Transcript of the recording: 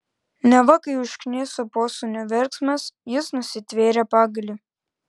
neva kai užkniso posūnio verksmas jis nusitvėrė pagalį